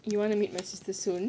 you want to meet my sister soon